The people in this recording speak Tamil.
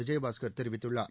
விஜயபாஸ்கர் தெரிவித்துள்ளார்